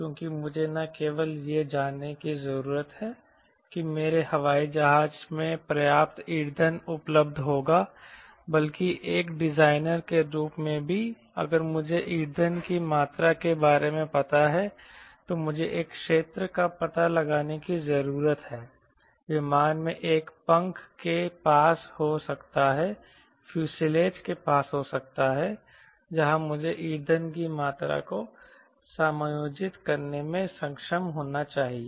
क्योंकि मुझे न केवल यह जानने की जरूरत है कि मेरे हवाई जहाज में पर्याप्त ईंधन उपलब्ध होगा बल्कि एक डिजाइनर के रूप में भी अगर मुझे ईंधन की मात्रा के बारे में पता है तो मुझे एक क्षेत्र का पता लगाने की जरूरत है विमान में एक पंख के पास हो सकता है फ्यूसीलेज के पास हो सकता है जहां मुझे ईंधन की मात्रा को समायोजित करने में सक्षम होना चाहिए